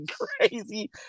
crazy